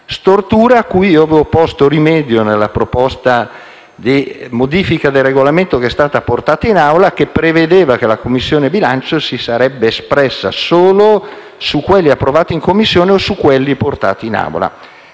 stortura avevo posto rimedio con una proposta di modifica del Regolamento, portata in Aula, che prevedeva che la Commissione bilancio si sarebbe espressa solo sugli emendamenti approvati in Commissione e su quelli portati in Aula.